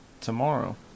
tomorrow